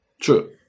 True